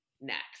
next